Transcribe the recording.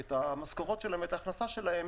את המשכורות שלהם ואת ההכנסה שלהם